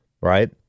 right